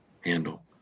handle